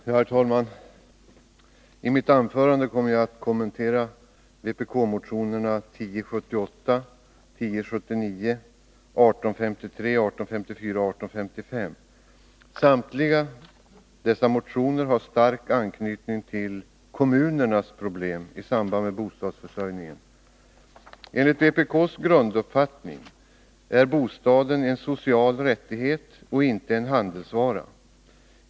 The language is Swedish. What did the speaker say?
Herr talman! I mitt anförande kommer jag att kommentera vpkmotionerna 1078, 1079, 1853, 1854 och 1855. Samtliga dessa motioner har stark anknytning till kommunernas problem i samband med bostadsförsörjningen. Enligt vpk:s grunduppfattning är bostaden en social rättighet och inte en handelsvara.